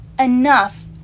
enough